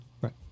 Right